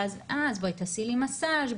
ואז בואי תעשי לי מסאג',